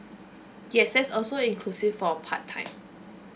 yes that's also inclusive for part time